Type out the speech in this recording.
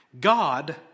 God